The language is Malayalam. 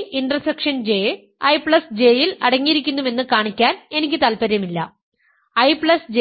I ഇന്റർസെക്ഷൻ J IJ യിൽ അടങ്ങിയിരിക്കുന്നുവെന്ന് കാണിക്കാൻ എനിക്ക് താൽപ്പര്യമില്ല IJ